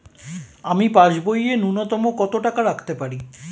আমি পাসবইয়ে ন্যূনতম কত টাকা রাখতে পারি?